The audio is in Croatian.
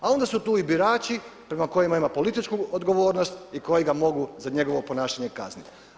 A onda su tu i birači prema kojima ima političku odgovornost i koji ga mogu za njegovo ponašanje kazniti.